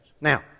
Now